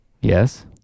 Yes